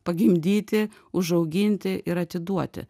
pagimdyti užauginti ir atiduoti